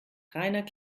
reiner